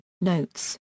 notes